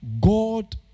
God